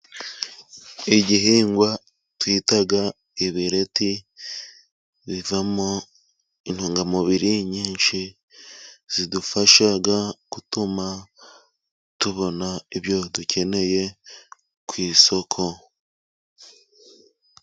Igihingwa twita ibireti bivamo intungamubiri nyinshi, zidufasha gutuma tubona ibyo dukeneye ku isoko.